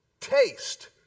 Taste